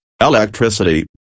electricity